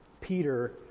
Peter